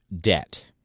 debt